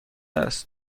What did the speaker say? است